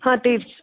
हां तेच